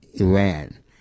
Iran